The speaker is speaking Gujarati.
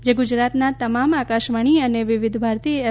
જે ગુજરાતનાં તમામ આકાશવાણી અને વિવિધ ભારતી એફ